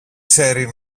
ξέρει